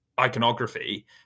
iconography